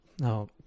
No